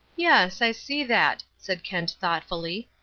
yes, i see that, said kent thoughtfully.